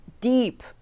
deep